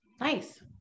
Nice